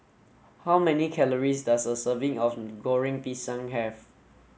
how many calories does a serving of Goreng Pisang have